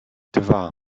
dwa